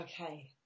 Okay